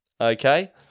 okay